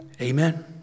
Amen